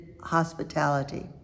hospitality